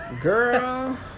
Girl